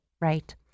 Right